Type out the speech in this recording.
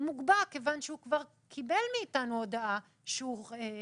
מוגבר כי הוא כבר קיבל מאיתנו הודעה שהוא בהפרה.